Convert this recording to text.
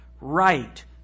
right